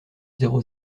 zéro